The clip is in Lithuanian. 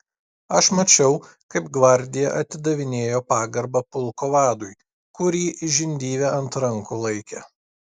aš mačiau kaip gvardija atidavinėjo pagarbą pulko vadui kurį žindyvė ant rankų laikė